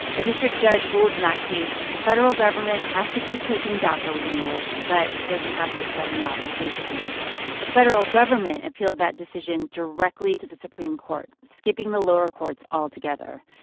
a district judge ruled in that case that the federal government has to keep taking daca renewals but doesn't have to accept new applications the federal government appealed that decision directly to the supreme court, skipping the lower courts altogether.